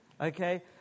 Okay